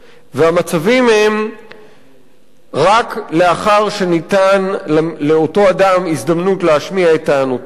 והמצבים הם רק לאחר שניתנה לאותו אדם הזדמנות להשמיע את טענותיו,